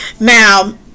Now